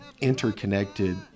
interconnected